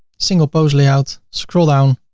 single pose layout, scroll down